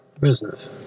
business